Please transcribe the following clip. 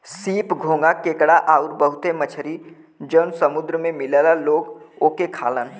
सीप, घोंघा केकड़ा आउर बहुते मछरी जौन समुंदर में मिलला लोग ओके खालन